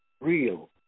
real